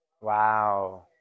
Wow